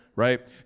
Right